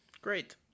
great